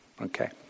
Okay